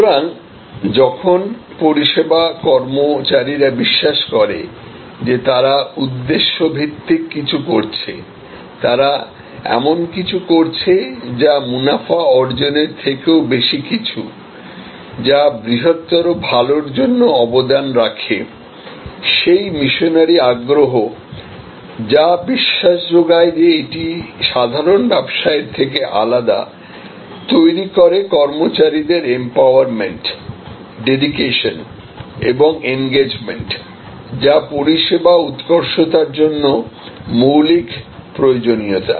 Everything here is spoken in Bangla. সুতরাং যখন পরিষেবা কর্মচারীরা বিশ্বাস করে যে তারা উদ্দেশ্য ভিত্তিক কিছু করছে তারা এমন কিছু করছে যা মুনাফা অর্জনের থেকেও বেশি কিছু যা বৃহত্তর ভালোর জন্য অবদান রাখে সেই মিশনারি আগ্রহ যা বিশ্বাস যোগায় যে এটি সাধারণ ব্যবসায়েরথেকে আলাদাতৈরি করে কর্মচারীদের এম্পাওয়ার্রমেন্ট ডেডিকেশন এবং এনগেজমেন্ট যা পরিষেবা উৎকর্ষতার জন্য মৌলিক প্রয়োজনীয়তা